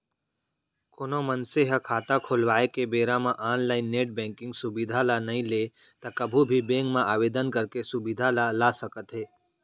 कोनो मनसे ह खाता खोलवाए के बेरा म ऑनलाइन नेट बेंकिंग सुबिधा ल नइ लेहे त कभू भी बेंक म आवेदन करके सुबिधा ल ल सकत हे